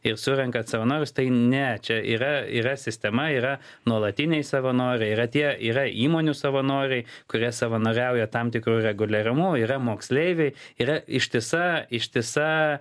ir surenka savanorius tai ne čia yra yra sistema yra nuolatiniai savanoriai yra tie yra įmonių savanoriai kurie savanoriauja tam tikru reguliarumu yra moksleiviai yra ištisa ištisa